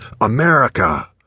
America